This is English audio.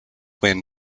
win